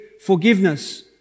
forgiveness